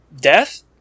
death